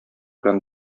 белән